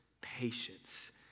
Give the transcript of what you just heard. patience